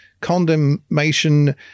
condemnation